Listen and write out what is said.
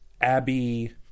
Abby